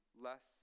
less